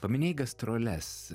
paminėjai gastroles